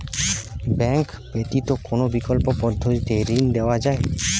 Bank ব্যতিত কোন বিকল্প পদ্ধতিতে ঋণ নেওয়া যায়?